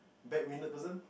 back winded person